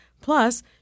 Plus